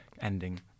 ending